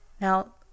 Now